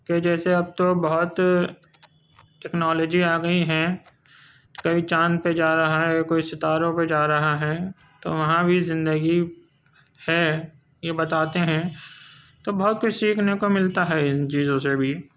کہ جیسے اب تو بہت ٹیکنالوجی آ گئی ہیں کوئی چاند پہ جا رہا ہے کوئی ستاروں پہ جا رہا ہے تو وہاں بھی زندگی ہے یہ بتاتے ہیں تو بہت کچھ سیکھنے کو ملتا ہے ان چیزوں سے بھی